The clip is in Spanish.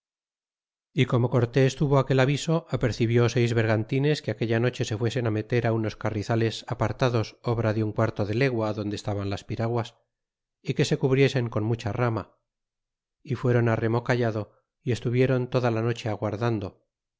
y como cortes tuvo aquel aviso apercibió seis bergantines que aquella noche se fuesen á meter á unos carrizales apartados obra de un quarto de legua donde estaban las piraguas y que se cubriesen con mucha rama y fueron á remo callado y estuvieron toda la noche aguardando